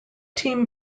team